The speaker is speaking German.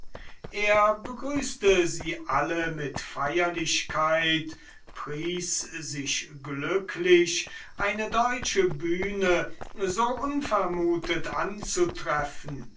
er begrüßte sie alle mit feierlichkeit pries sich glücklich eine deutsche bühne so unvermutet anzutreffen